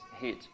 hit